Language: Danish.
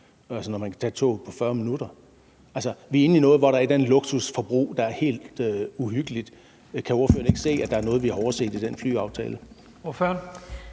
når man kan tage toget på 40 minutter. Vi er ude i noget, hvor der er et eller andet luksusforbrug, der er helt uhyggeligt. Kan ordføreren ikke se, at der er noget, vi har overset i den flyaftale?